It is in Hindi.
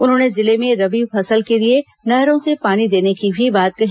उन्होंने जिले में रबी फसल के लिए नहरों से पानी देने की भी बात कही